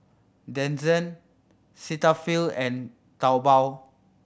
Denizen Cetaphil and Taobao